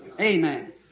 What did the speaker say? Amen